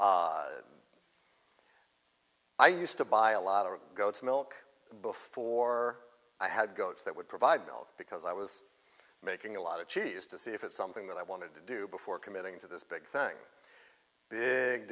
legislation i used to buy a lot of goats milk before i had goats that would provide milk because i was making a lot of cheese to see if it's something that i wanted to do before committing to this big thing big